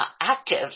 Active